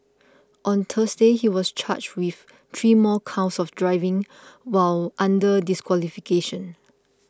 on Thursday he was charged with three more counts of driving while under disqualification